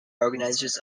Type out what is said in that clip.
organizers